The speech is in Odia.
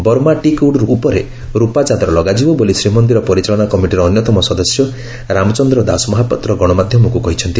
ବର୍ମାଟ୍ିକ୍ ଉଡ୍ ଉପରେ ର୍ପା ଚାଦର ଲଗାଯିବ ବୋଲି ଶ୍ରୀମନ୍ଦିର ପରିଚାଳନା କମିଟିର ଅନ୍ୟତମ ସଦସ୍ୟ ରାମଚନ୍ଦ୍ର ଦାସମହାପାତ୍ର ଗଣମାଧ୍ଧମକୁ କହିଛନ୍ତି